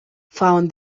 found